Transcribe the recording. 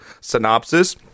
synopsis